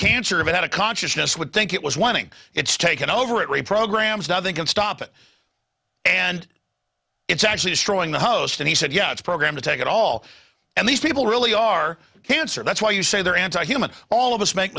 a consciousness would think it was wanting its taken over it reprograms nothing can stop it and it's actually destroying the host and he said yeah it's programmed to take it all and these people really are cancer that's why you say they're anti human all of us make